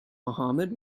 mohammad